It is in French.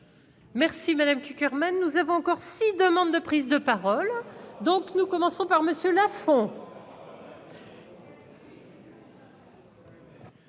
Merci Madame Tucker même nous avons encore six demande de prise de parole, donc nous commençons par monsieur Lafont.